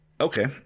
Okay